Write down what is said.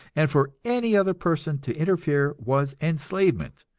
and for any other person to interfere was enslavement,